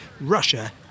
Russia